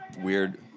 weird